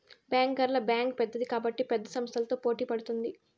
బ్యాంకర్ల బ్యాంక్ పెద్దది కాబట్టి పెద్ద సంస్థలతో పోటీ పడుతుంది